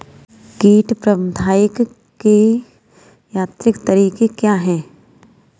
कीट प्रबंधक के यांत्रिक तरीके क्या हैं?